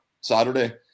Saturday